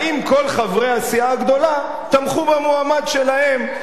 האם כל חברי הסיעה הגדולה תמכו במועמד שלהם.